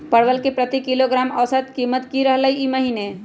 परवल के प्रति किलोग्राम औसत कीमत की रहलई र ई महीने?